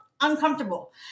uncomfortable